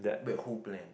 wait who plan